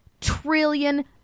trillion